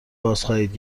بازخواهید